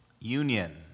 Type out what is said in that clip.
union